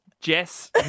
Jess